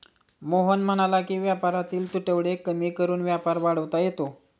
मोहन म्हणाला की व्यापारातील तुटवडे कमी करून व्यापार वाढवता येतो